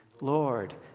Lord